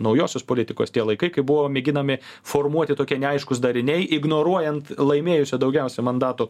naujosios politikos tie laikai kai buvo mėginami formuoti tokie neaiškūs dariniai ignoruojant laimėjusią daugiausia mandatų